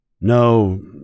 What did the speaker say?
No